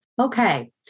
Okay